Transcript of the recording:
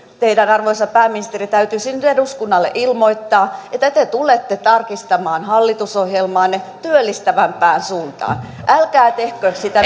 teidän arvoisa pääministeri täytyisi nyt eduskunnalle ilmoittaa että te tulette tarkistamaan hallitusohjelmaanne työllistävämpään suuntaan älkää tehkö sitä